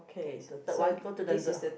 okay the third one go to the the